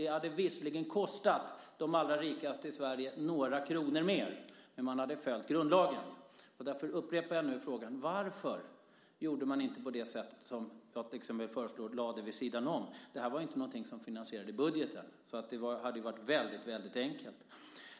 Det hade visserligen kostat de allra rikaste i Sverige några kronor mer, men man hade följt grundlagen. Därför upprepar jag frågan: Varför gjorde man inte på det sätt som jag föreslår, alltså lade det vid sidan om? Det här var inte något som finansierade budgeten, så det hade varit väldigt enkelt.